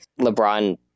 LeBron –